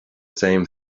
same